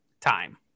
time